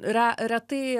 re retai